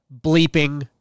bleeping